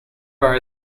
bar